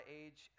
age